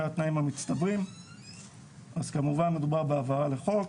התנאים המצטברים אז כמובן מדובר בעבירה על החוק,